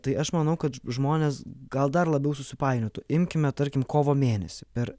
tai aš manau kad žmonės gal dar labiau susipainiotų imkime tarkim kovo mėnesį per